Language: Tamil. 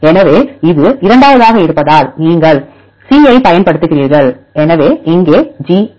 எனவே இது இரண்டாவதாக இருப்பதால் நீங்கள் C ஐப் பயன்படுத்துகிறீர்கள் எனவே இங்கே GA